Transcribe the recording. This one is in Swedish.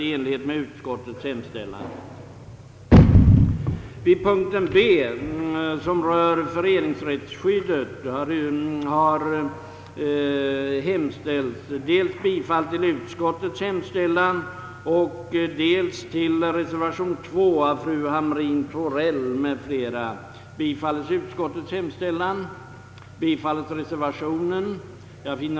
Enligt utskottets argumentation är problemet ganska litet. Och herr Dahlberg för sin del ansåg att problemet är betydande, men att det inte kan lösas lagstiftningsvägen.